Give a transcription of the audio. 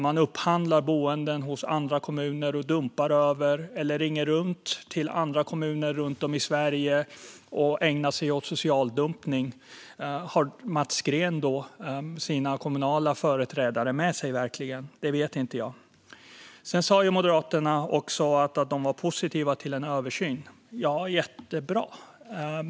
Man upphandlar boenden hos andra kommuner eller ringer till andra kommuner runt om i Sverige och ägnar sig åt social dumpning. Har Mats Green sina kommunala företrädare med sig? Det vet inte jag. Moderaterna säger sig vara positiva till en översyn. Det är jättebra.